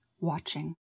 watching